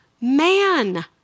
man